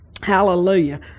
Hallelujah